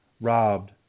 Robbed